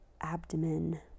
abdomen